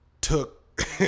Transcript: took